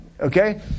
okay